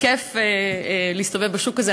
כיף להסתובב בשוק הזה,